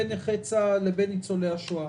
בין נכי צה"ל לבין ניצולי השואה.